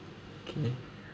okay